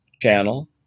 channel